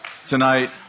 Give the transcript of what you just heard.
tonight